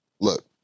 look